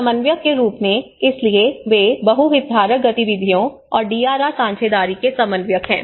समन्वयक के रूप में इसलिए वे बहु हितधारक गतिविधियों और डीआरआर साझेदारी के समन्वयक हैं